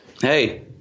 Hey